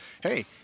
hey